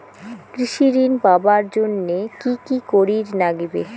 কৃষি ঋণ পাবার জন্যে কি কি করির নাগিবে?